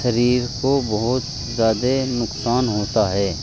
شریر کو بہت زیادہ نقصان ہوتا ہے